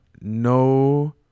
No